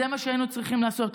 זה מה שהיינו צריכים לעשות,